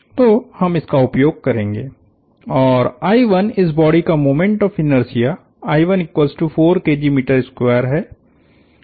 तो हम उसका उपयोग करेंगे औरइस बॉडी का मोमेंट ऑफ़ इनर्शिया है